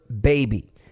baby